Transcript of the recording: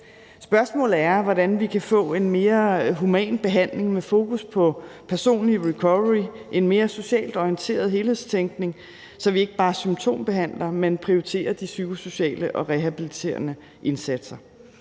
Spørgsmålet er, hvordan vi kan få en mere human behandling med fokus på personlig recovery, en mere socialt orienteret helhedstænkning, så vi ikke bare symptombehandler, men prioriterer de psykosociale og rehabiliterende indsatser.